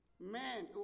man